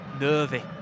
nervy